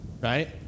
right